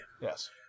Yes